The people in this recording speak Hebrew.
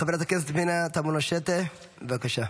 חברת הכנסת פנינה תמנו שטה, בבקשה.